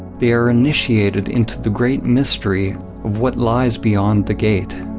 they are initiated into the great mystery what lies beyond the gate.